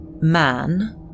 man